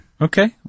Okay